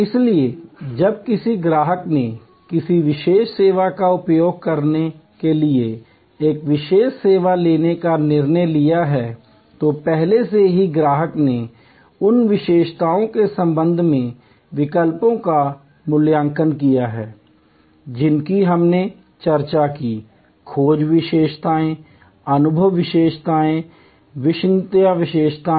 इसलिए जब किसी ग्राहक ने किसी विशेष सेवा का उपयोग करने के लिए एक विशेष सेवा लेने का निर्णय लिया है तो पहले से ही ग्राहक ने उन विशेषताओं के संबंध में विकल्पों का मूल्यांकन किया है जिनकी हमने चर्चा की खोज विशेषताएँ अनुभव विशेषताएँ और विश्वसनीयता विशेषताएँ